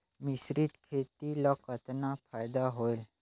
मिश्रीत खेती ल कतना फायदा होयल?